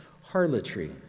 harlotry